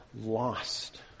lost